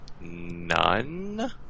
none